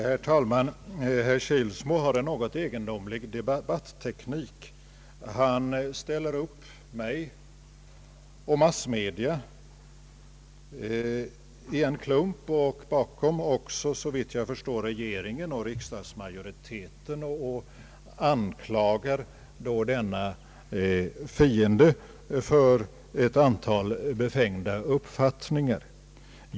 Herr talman! Herr Kilsmo har en mycket egendomlig debatteknik. Han sammanför mig och massmedia i en klump och, såvitt jag förstår, även regeringen och riksdagsmajoriteten och anklagar denna »fiende» för ett antal befängda uppfattningar.